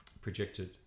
projected